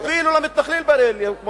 אפילו למתנחלים באריאל הוקמה